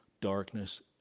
darkness